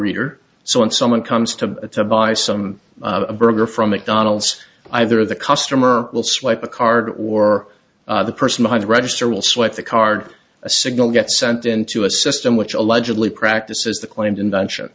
reader so when someone comes to buy some burger from mcdonald's either the customer will swipe a card or the person behind the register will swipe the card a signal gets sent into a system which allegedly practices the claimed invention